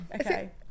Okay